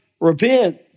repent